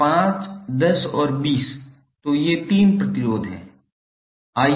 तो 5 10 और 20 तो ये 3 प्रतिरोध हैं